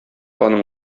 аның